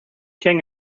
king